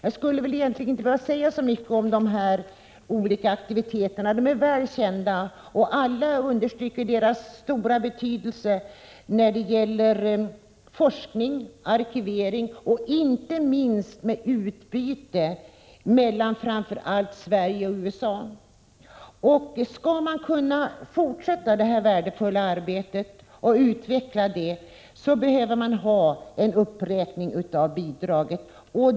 Jag behöver inte säga så mycket om dessa olika aktiviteter, som är väl kända. Alla understryker deras stora betydelse när det gäller forskning, arkivering och inte minst utbytet mellan framför allt Sverige och USA. Skall detta värdefulla arbete kunna fortsätta och utvecklas, behövs en uppräkning av bidraget.